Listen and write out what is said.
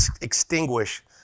extinguish